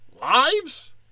Lives